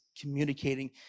communicating